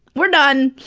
we're done!